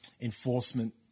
enforcement